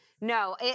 No